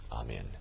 Amen